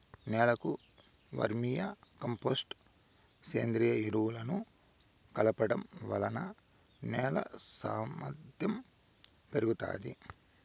నేలకు vermicompost, సేంద్రీయ ఎరువులను కలపడం వలన నేల సామర్ధ్యం పెరుగుతాది